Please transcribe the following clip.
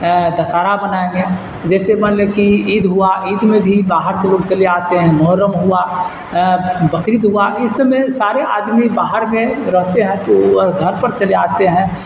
دسہرہ منائیں گیا جیسے مان لیا کہ عید ہوا عید میں بھی باہر سے لوگ چلے آتے ہیں محرم ہوا بقرید ہوا اس سب میں سارے آدمی باہر میں رہتے ہیں تو وہ گھر پر چلے آتے ہیں